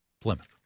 Plymouth